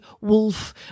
wolf